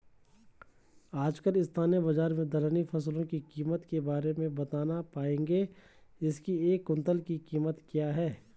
आजकल स्थानीय बाज़ार में दलहनी फसलों की कीमत के बारे में बताना पाएंगे इसकी एक कुन्तल की कीमत क्या है?